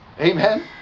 Amen